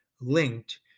linked